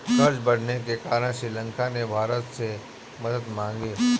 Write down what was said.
कर्ज बढ़ने के कारण श्रीलंका ने भारत से मदद मांगी